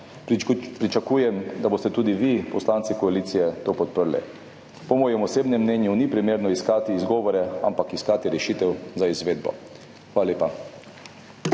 Pričakujem, da boste tudi vi poslanci koalicije to podprli. Po mojem osebnem mnenju ni primerno iskati izgovorov, ampak iskati rešitve za izvedbo. Hvala lepa.